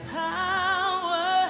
power